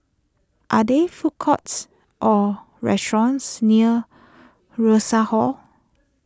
are there food courts or restaurants near Rosas Hall